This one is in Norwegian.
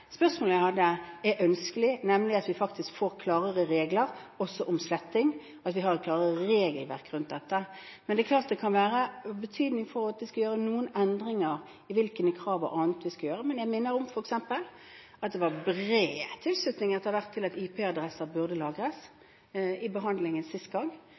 spørsmålet jeg hadde, nemlig at vi faktisk får klarere regler om sletting, at vi har et klarere regelverk rundt dette. Det er klart at det kan være av betydning for at vi skal gjøre noen endringer i hvilke krav og annet vi skal gjøre, men jeg minner om at det i behandlingen sist gang etter hvert var bred tilslutning til at IP-adresser burde lagres. Det